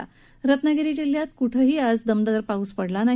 आज रत्नागिरी जिल्ह्यात कुठंही दमदार पाऊस पडला नाही